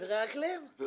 מהגרי אקלים.